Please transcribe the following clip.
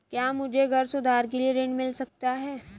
क्या मुझे घर सुधार के लिए ऋण मिल सकता है?